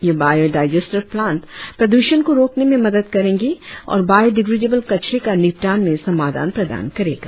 यह bio digester plant प्रद्रषण को रोकने में मदद करेंगे और बायोडिग्रेडेबल कचरे का निपटान में समाधान प्रदान करेगा